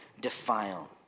defile